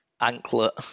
anklet